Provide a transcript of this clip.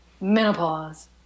menopause